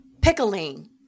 pickling